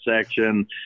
section